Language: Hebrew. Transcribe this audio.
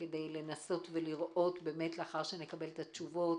כדי לנסות לראות אחרי שנקבל את התשובות,